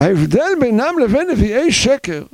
‫ההבדל בינם לבין נ‫ביאי שקר.